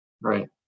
Right